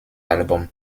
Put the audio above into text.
album